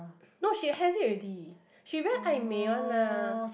no she has it already she very Ai-Mei one lah